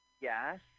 Yes